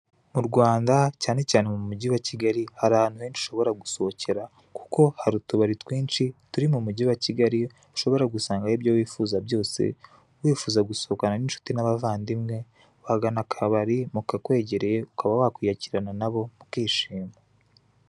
Mu Rwanda cyane cyane mumugi wa Kigali, hari ahantu henshi ushobora gusohokera, kuko hari utubari twinshi turi mumujyi wa Kigali, ushobora gusangayo ibyo wifuza byose, wifuza gusohokana n'inshuti n'abavandimwe, wagana akabari mukakwegereye ukaba wakwiyakirana na bo mukishima.